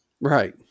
right